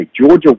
Georgia